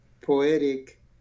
poetic